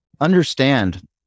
understand